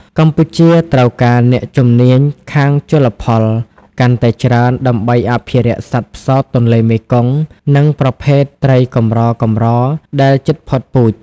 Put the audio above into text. កម្ពុជាត្រូវការអ្នកជំនាញខាងជលផលកាន់តែច្រើនដើម្បីអភិរក្សសត្វផ្សោតទន្លេមេគង្គ និងប្រភេទត្រីកម្រៗដែលជិតផុតពូជ។